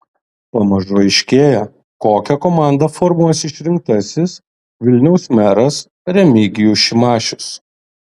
pamažu aiškėja kokią komandą formuos išrinktasis vilniaus meras remigijus šimašius